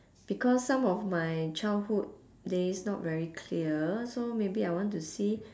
because some of my childhood days not very clear so maybe I want to see